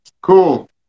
Cool